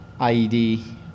IED